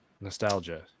Nostalgia